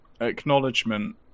acknowledgement